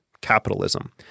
capitalism